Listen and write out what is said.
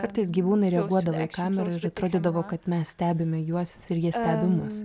kartais gyvūnai reaguodavo į kamerą ir atrodydavo kad mes stebime juos ir jie stebi mus